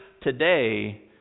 today